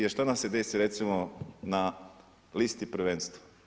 Jer šta nam se desi recimo na listi prvenstva?